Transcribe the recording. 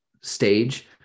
stage